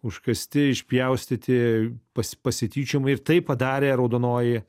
užkasti išpjaustyti pas pasityčiojimą ir tai padarė raudonoji